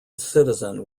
citizen